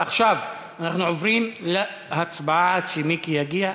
עכשיו אנחנו עוברים להצבעה, עד שמיקי יגיע.